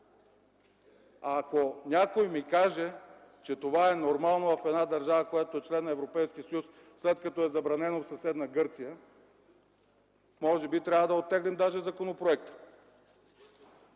Ако някой ми каже, че това е нормално в държава, член на Европейския съюз, след като е забранено в съседна Гърция, може би трябва да оттеглим даже законопроекта.